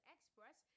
Express